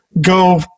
go